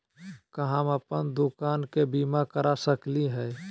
का हम अप्पन दुकान के बीमा करा सकली हई?